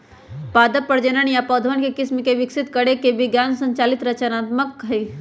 पादप प्रजनन नया पौधवन के किस्म के विकसित करे के विज्ञान संचालित रचनात्मक प्रक्रिया हई